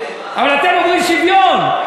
אבל אתם אומרים שוויון.